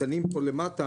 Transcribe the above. הקטנים פה למטה,